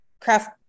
craft